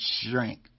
shrink